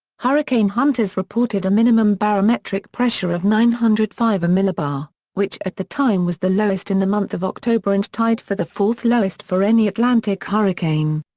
hurricane hunters reported a minimum barometric pressure of nine hundred and five mbar, which at the time was the lowest in the month of october and tied for the fourth lowest for any atlantic hurricane.